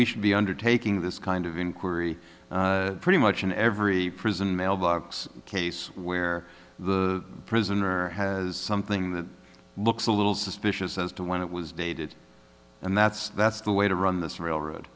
we should be undertaking this kind of inquiry pretty much in every prison mailbox case where the prisoner has something that looks a little suspicious as to when it was dated and that's that's the way to run this railroad